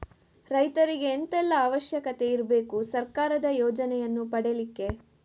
ರೈತರಿಗೆ ಎಂತ ಎಲ್ಲಾ ಅವಶ್ಯಕತೆ ಇರ್ಬೇಕು ಸರ್ಕಾರದ ಯೋಜನೆಯನ್ನು ಪಡೆಲಿಕ್ಕೆ?